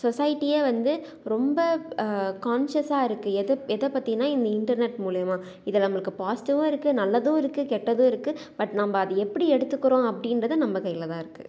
சொஸைட்டியே வந்து ரொம்ப கான்ஷியஸாக இருக்குது எதைப் பற்றினா இன்டர்நெட் மூலயமா இது நம்மளுக்கு பாசிட்டிவாக இருக்குது நல்லதும் இருக்குது கெட்டதும் இருக்குது பட் நம்ம அது எப்படி எடுத்துக்கிறோம் அப்படின்றது நம்ம கையில்தான் இருக்குது